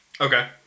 Okay